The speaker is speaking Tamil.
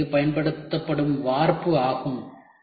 இது இங்கு பயன்படுத்தப்படும் வார்ப்பு ஆகும்